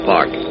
Park